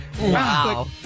Wow